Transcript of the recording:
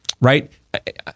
right